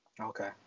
Okay